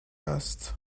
است